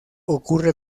ocurre